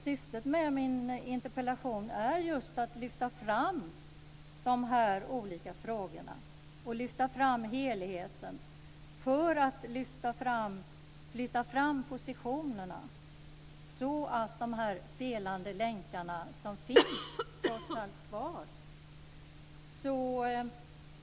Syftet med min interpellation är just att lyfta fram dessa olika frågor och lyfta fram helheten för att flytta fram positionerna, eftersom dessa felande länkar trots allt finns kvar.